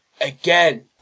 Again